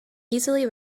easily